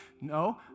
No